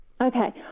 Okay